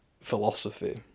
philosophy